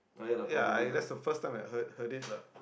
ya I that's the first time I heard heard it lah